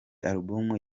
album